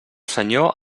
senyor